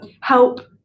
help